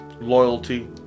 loyalty